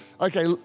okay